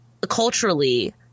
culturally